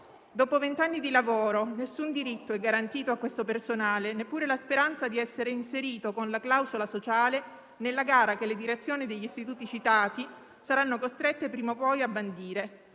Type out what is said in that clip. Dopo vent'anni di lavoro nessun diritto è garantito a questo personale, neppure la speranza di essere inserito con la clausola sociale nella gara che le direzioni degli istituti citati saranno costrette prima o poi a bandire.